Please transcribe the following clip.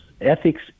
Ethics